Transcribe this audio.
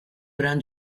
gran